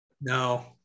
no